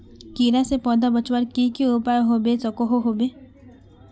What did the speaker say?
कीड़ा से पौधा बचवार की की उपाय होबे सकोहो होबे?